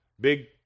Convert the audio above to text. big